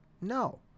No